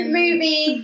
movie